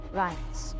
rights